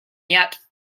yet